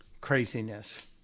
Craziness